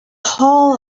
hull